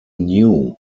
knew